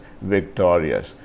victorious